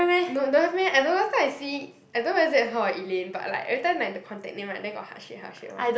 no don't have meh I don't know last time I see I don't know whether is it her or Elaine but like every time like the contact name [right] then got heart shape heart shape [one]